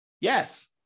Yes